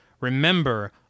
Remember